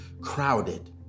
crowded